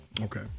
Okay